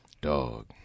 dog